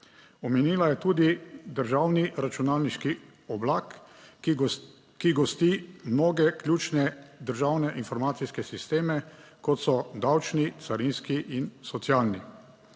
Omenila je tudi državni računalniški oblak, ki gosti mnoge ključne državne informacijske sisteme kot so davčni, carinski in socialni.